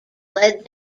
led